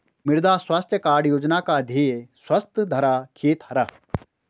मृदा स्वास्थ्य कार्ड योजना का ध्येय है स्वस्थ धरा, खेत हरा